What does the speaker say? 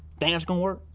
think that's gonna work?